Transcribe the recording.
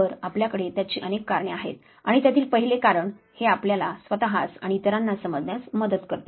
तर आपल्याकडे त्याची अनेक कारणे आहेत आणि त्यातील पहिले कारण हे आपल्याला स्वतःस आणि इतरांना समजण्यास मदत करते